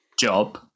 job